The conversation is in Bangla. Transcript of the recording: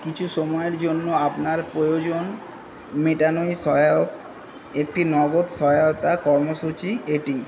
কিছু সময়ের জন্য আপনার প্রয়োজন মেটানোয় সহায়ক একটি নগদ সহায়তা কর্মসূচি এটি